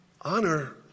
Honor